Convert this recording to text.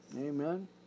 Amen